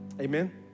Amen